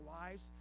lives